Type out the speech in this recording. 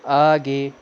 आगे